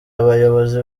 abayobozi